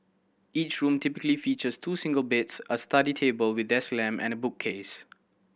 each room typically features two single beds a study table with desk lamp and bookcase